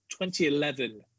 2011